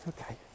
Okay